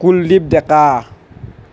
Kuldeep Deka